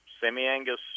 semi-Angus